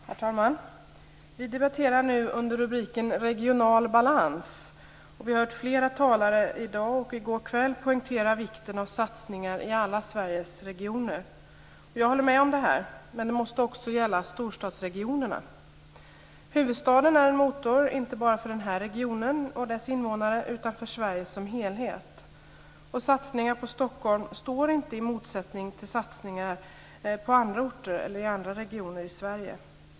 Herr talman! Vi debatterar nu under rubriken Regional balans. Vi har hört flera talare i dag och i går kväll poängtera vikten av satsningar i alla Sveriges regioner. Jag håller med om detta, men det måste också gälla storstadsregionerna. Huvudstaden är en motor inte bara för den här regionen och dess invånare utan för Sverige som helhet. Satsningar på Stockholm står inte i motsättning till satsningar på andra orter eller i andra regioner i Sverige.